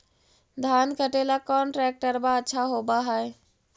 धान कटे ला कौन ट्रैक्टर अच्छा होबा है?